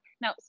Now